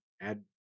add